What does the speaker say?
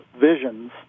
visions